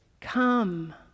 Come